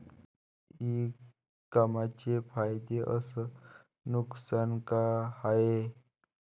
इ कामर्सचे फायदे अस नुकसान का हाये